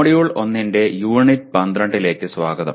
module 1 ന്റെ unit 12 ലേക്ക് സ്വാഗതം